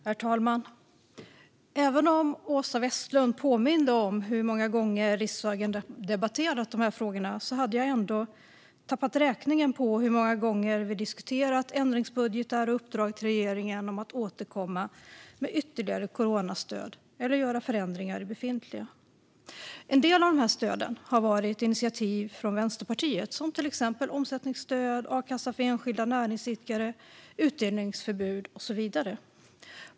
Herr talman! Åsa Westlund påminde om hur många gånger riksdagen debatterat de här frågorna, men jag hade tappat räkningen på hur många gånger vi diskuterat ändringsbudgetar och uppdrag till regeringen om att återkomma med ytterligare coronastöd eller göra förändringar i befintliga. När det gäller en del av dessa stöd har det varit initiativ från Vänsterpartiet. Det gäller till exempel omsättningsstöd, a-kassa för enskilda näringsidkare, utdelningsförbud och så vidare.